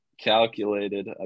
Calculated